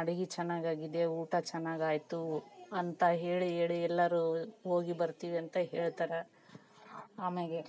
ಅಡುಗೆ ಚೆನ್ನಾಗ್ ಆಗಿದೆ ಊಟ ಚೆನ್ನಾಗ್ ಆಯಿತು ಅಂತ ಹೇಳಿ ಹೇಳಿ ಎಲ್ಲರೂ ಹೋಗಿ ಬರ್ತೀವಿ ಅಂತ ಹೇಳ್ತಾರೆ ಆಮ್ಯಾಗೆ